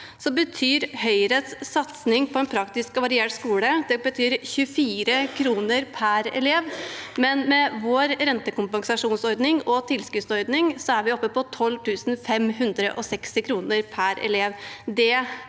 Høyres satsing på en praktisk og variert skole 24 kr per elev, mens med vår rentekompensasjonsordning og tilskuddsordning er vi oppe i 12 560 kr per elev.